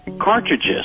cartridges